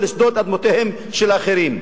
ולשדוד אדמות של אחרים.